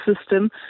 system